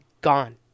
gone